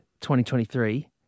2023